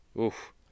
Oof